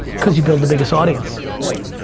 cause you build the biggest audience. right.